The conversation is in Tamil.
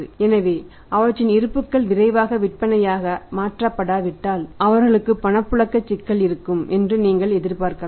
எனவே அவற்றின் இருப்புகள் விரைவாக விற்பனையாக மாற்றப்படாவிட்டால் அவர்களுக்கு பணப்புழக்க சிக்கல் இருக்கும் என்று நீங்கள் எதிர்பார்க்கலாம்